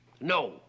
No